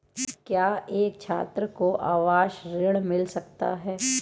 क्या एक छात्र को आवास ऋण मिल सकता है?